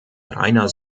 rainer